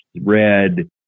red